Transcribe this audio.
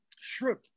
shrimp